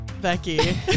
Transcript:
Becky